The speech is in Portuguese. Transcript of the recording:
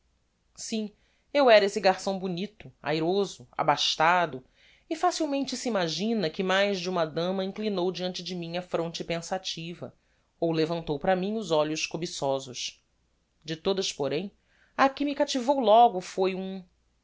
sim eu era esse garção bonito airoso abastado e facilmente se imagina que mais de uma dama inclinou deante de mim a fronte pensativa ou levantou para mim os olhos cobiçosos de todas porém a que me captivou logo foi um